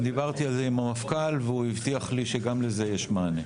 דיברתי על זה עם המפכ"ל והוא הבטיח לי שגם לזה יש מענה.